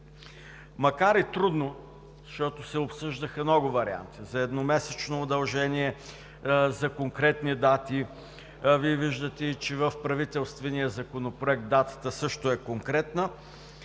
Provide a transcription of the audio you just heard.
Макар и трудно, защото се обсъждаха много варианти – за едномесечно удължение, за конкретни дати, Вие виждате, че в правителствения законопроект датата също е конкретна,